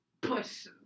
push